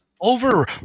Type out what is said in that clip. Over